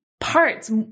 parts